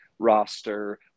roster